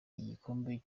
igikombe